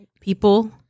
People